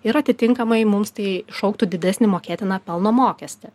ir atitinkamai mums tai šauktų didesnį mokėtiną pelno mokestį